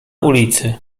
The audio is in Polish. ulicy